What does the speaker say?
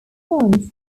crunch